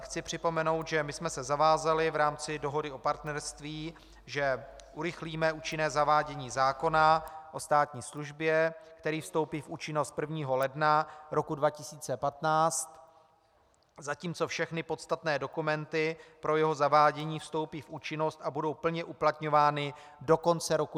Chci připomenout, že jsme se zavázali v rámci dohody o partnerství, že urychlíme účinné zavádění zákona o státní službě, který vstoupí v účinnost 1. ledna roku 2015, zatímco všechny podstatné dokumenty pro jeho zavádění vstoupí v účinnost a budou plně uplatňovány do konce roku 2015.